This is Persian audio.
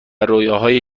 رویاهای